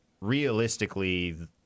realistically